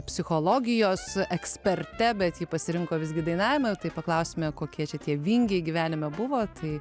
psichologijos eksperte bet ji pasirinko visgi dainavimą tai paklausime kokie čia tie vingiai gyvenime buvo tai